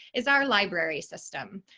is our library system.